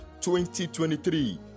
2023